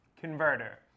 converter